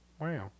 Wow